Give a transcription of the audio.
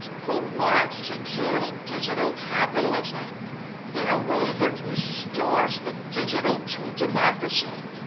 who want to do digital capitalism in a way that restores the digital to democracy.